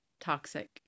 toxic